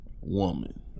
woman